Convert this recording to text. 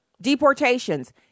deportations